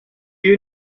you